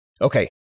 Okay